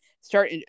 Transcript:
start